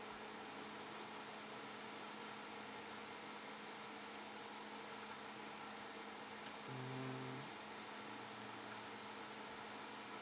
mm